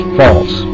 false